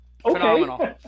Phenomenal